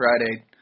Friday